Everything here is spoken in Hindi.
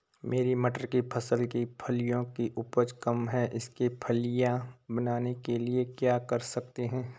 मेरी मटर की फसल की फलियों की उपज कम है इसके फलियां बनने के लिए क्या कर सकते हैं?